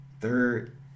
Third